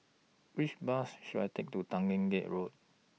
Which Bus should I Take to Tanglin Gate Road